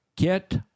Get